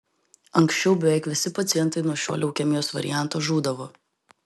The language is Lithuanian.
anksčiau beveik visi pacientai nuo šio leukemijos varianto žūdavo